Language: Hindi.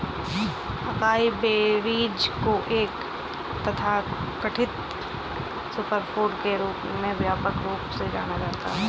अकाई बेरीज को एक तथाकथित सुपरफूड के रूप में व्यापक रूप से जाना जाता है